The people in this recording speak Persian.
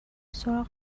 سراغ